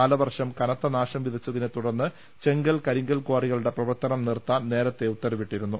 കാലവർഷം കനത്തനാശം വിതച്ചതിനെ തുടർന്ന് ചെങ്കൽ കരിങ്കൽ കാറികളുടെ പ്രവർത്തനം നിർത്താൻ നേരത്തേ ഉത്തരവിട്ടിരുന്നു